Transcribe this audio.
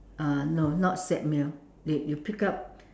uh no not set meal you you pick up